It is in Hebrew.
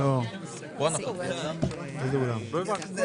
כל אישה כזאת היא סופר וומן אמיתית.